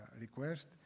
request